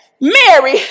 Mary